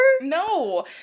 No